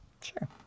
Sure